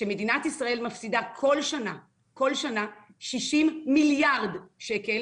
שמדינת ישראל מפסידה כל שנה 60 מיליארד שקל